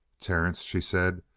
terence, she said,